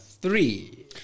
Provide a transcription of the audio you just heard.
three